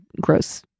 gross